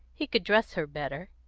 he could dress her better.